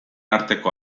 arteko